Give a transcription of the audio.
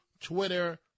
Twitter